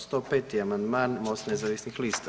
105. amandman MOST nezavisnih lista.